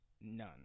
none